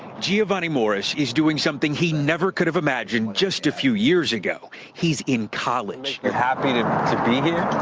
geovani morris is doing something he never could have imagined just a few years ago. he's in college. happy to to be here.